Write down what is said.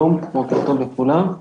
בוקר טוב לכולם.